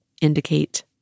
indicate